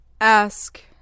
Ask